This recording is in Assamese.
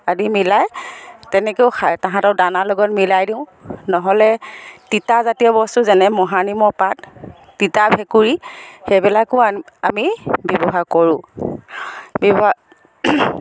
আদি মিলাই তেনেকৈও খাই সিহঁতৰ দানাৰ লগত মিলাই দিওঁ ন'হলে তিতা জাতীয় বস্তু যেনে মহানিমৰ পাত তিতা ভেকুৰী সেইবিলাকো আমি ব্যৱহাৰ কৰোঁ